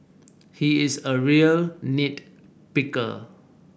he is a real nit picker